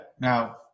Now